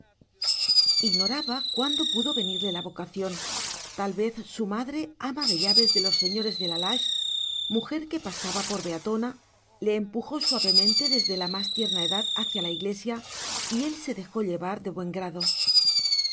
ignoraba cuándo pudo venirle la vocación tal vez su madre ama de llaves de los señores de la lage mujer que pasaba por beatona le empujó suavemente desde la más tierna edad hacia la iglesia y él se dejó llevar de buen grado